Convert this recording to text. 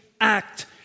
act